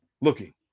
looking